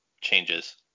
changes